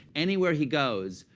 anywhere he goes,